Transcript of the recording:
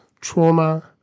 trauma